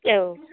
औ